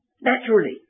naturally